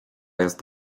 jest